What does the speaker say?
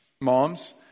moms